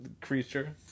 creature